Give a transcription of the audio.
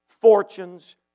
fortunes